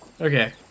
Okay